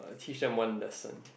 teach them one lesson